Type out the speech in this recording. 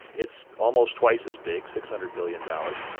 it's almost twice as big six hundred billion dollars.